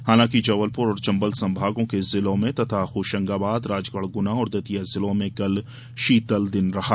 हालांकि जबलपुर और चंबल संभागों के जिलों में तथा होशंगाबाद राजगढ गुना और दतिया जिलों में कल शीतल दिन रहा